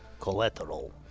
Collateral